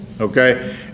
Okay